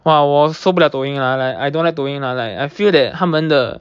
!wah! 我受不了抖音 lah like I don't like 抖音 lah like I feel that 他们的